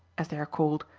as they are called,